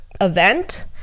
event